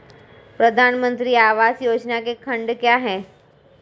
प्रधानमंत्री आवास योजना के खंड क्या हैं?